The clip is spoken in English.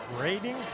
rating